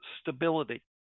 stability